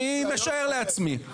אדוני --- אני משער לעצמי.